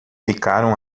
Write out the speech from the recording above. ficaram